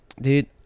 Dude